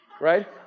Right